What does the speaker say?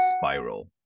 spiral